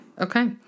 Okay